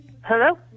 Hello